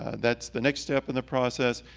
that's the next step in the process.